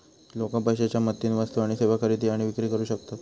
लोका पैशाच्या मदतीन वस्तू आणि सेवा खरेदी आणि विक्री करू शकतत